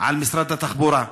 על משרד התחבורה.